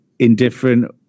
Indifferent